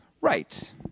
Right